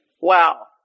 Wow